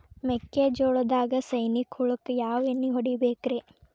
ಮೆಕ್ಕಿಜೋಳದಾಗ ಸೈನಿಕ ಹುಳಕ್ಕ ಯಾವ ಎಣ್ಣಿ ಹೊಡಿಬೇಕ್ರೇ?